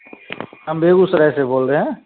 हम बेगूसराय से बोल रहे हैं